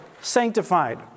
sanctified